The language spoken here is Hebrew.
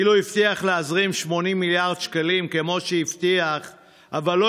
אילו הבטיח להזרים 80 מיליארד שקלים כמו שהבטיח אבל לא